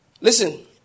Listen